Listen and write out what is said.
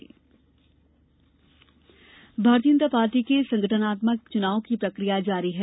भाजपा चुनाव भारतीय जनता पार्टी के संगटनात्मक चुनाव की प्रक्रिया जारी है